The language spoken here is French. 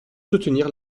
soutenir